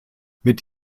mit